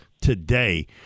today